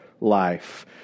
life